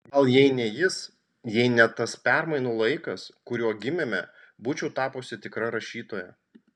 gal jei ne jis jei ne tas permainų laikas kuriuo gimėme būčiau tapusi tikra rašytoja